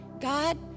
God